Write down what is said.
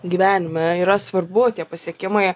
gyvenime yra svarbu tie pasiekimai